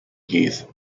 heath